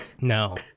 No